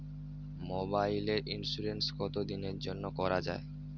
মোবাইলের ইন্সুরেন্স কতো দিনের জন্যে করা য়ায়?